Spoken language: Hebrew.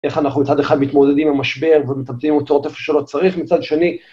איך אנחנו מצד אחד מתמודדים עם המשבר ומתמצמים אותו איפה שלא צריך, מצד שני,